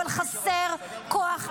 אבל חסר כוח אדם.